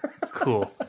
Cool